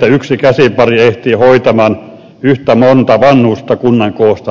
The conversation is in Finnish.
ja yksi käsipari ehtii hoitamaan yhtä monta vanhusta kunnan koosta riippumatta